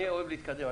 אני אוהב להתקדם.